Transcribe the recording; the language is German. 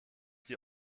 sie